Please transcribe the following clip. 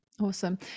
Awesome